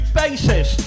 basis